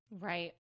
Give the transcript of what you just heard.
Right